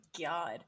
god